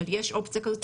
אבל יש אופציה כזאת,